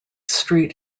street